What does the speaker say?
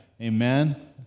Amen